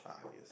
ah yes